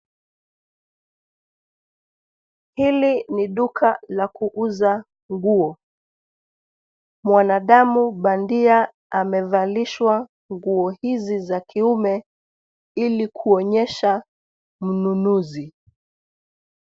Hili ni duka la kuuza nguo. Mwanadamu bandia amevalishwa nguo hizi za kiume ili kuonyesha mnunuzi.